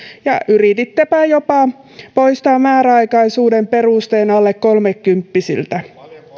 ja yritittepä jopa poistaa määräaikaisuuden perusteen alle kolmekymppisiltä